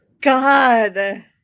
God